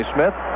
Smith